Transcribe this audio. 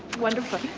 wonderful.